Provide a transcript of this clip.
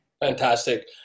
Fantastic